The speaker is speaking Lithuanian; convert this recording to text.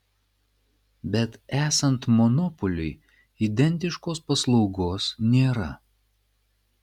bet esant monopoliui identiškos paslaugos nėra